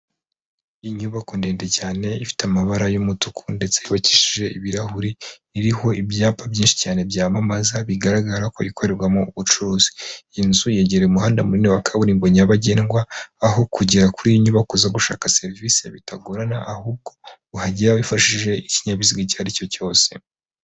Inyubako ndende cyane ifite amabara y'umutuku ndetse yubakishije ibirahuri iriho ibyapa byinshi cyane byamamaza bigaragara ko ikorerwamo ubucuruzi, iyi nzu yegereye umuhanda munini wa kaburimbo nyabagendwa, aho kugera kuri iyo nyubako zo gushaka serivisi bitagorana ahubwo uhagera wifashishije ikinyabiziga icyo ari cyo cyose